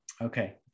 Okay